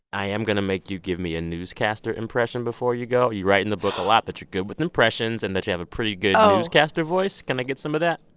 i am going to make you give me a newscaster impression before you go. you write in the book a lot that you're good with impressions and that you have a pretty good. oh. newscaster voice. can i get some of that?